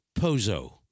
Pozo